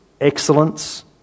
excellence